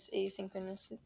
asynchronous